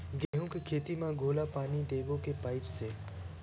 गेहूं के खेती म घोला पानी देबो के पाइप से?